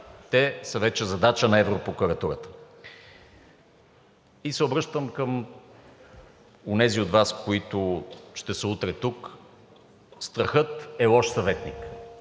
Те са вече задача на Европрокуратурата. И се обръщам към онези от Вас, които ще са утре тук – страхът е лош съветник.